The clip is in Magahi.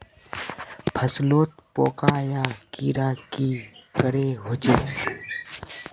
फसलोत पोका या कीड़ा की करे होचे?